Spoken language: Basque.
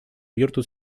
bihurtu